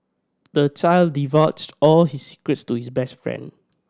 the child divulged all his secrets to his best friend